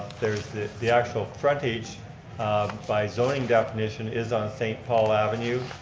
there's the the actual frontage by zoning definition is on st. paul avenue.